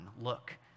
Look